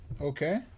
Okay